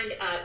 up